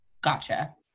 Gotcha